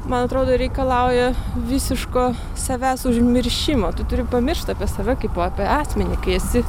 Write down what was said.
man atrodo reikalauja visiško savęs užmiršimo tu turi pamiršt apie save kaipo apie asmenį kai esi